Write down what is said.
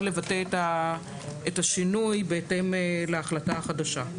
לבטא את השינוי בהתאם להחלטה החדשה.